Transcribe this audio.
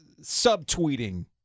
subtweeting